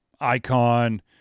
icon